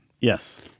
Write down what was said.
Yes